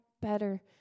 better